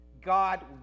God